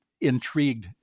intrigued